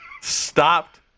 stopped